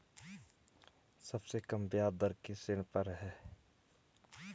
सबसे कम ब्याज दर किस ऋण पर है?